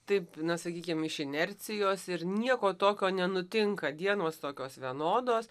taip na sakykim iš inercijos ir nieko tokio nenutinka dienos tokios vienodos